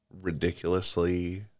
ridiculously